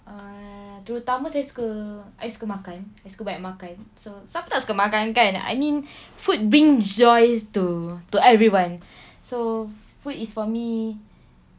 err terutama saya suka I suka makan I suka banyak makan siapa tak suka makan kan I mean food bring joy to to everyone so food is for me